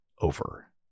over